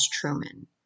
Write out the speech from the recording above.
Truman